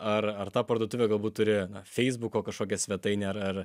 ar ar ta parduotuvė galbūt turi feisbuko kažkokią svetainę ar ar